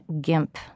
gimp